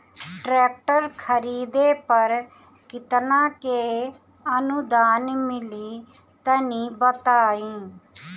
Tractor खरीदे पर कितना के अनुदान मिली तनि बताई?